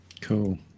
Cool